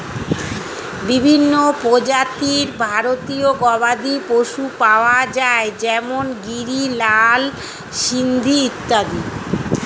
বিভিন্ন প্রজাতির ভারতীয় গবাদি পশু পাওয়া যায় যেমন গিরি, লাল সিন্ধি ইত্যাদি